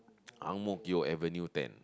ang-mo-kio avenue ten